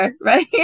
right